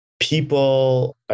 People